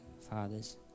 fathers